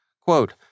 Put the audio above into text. Quote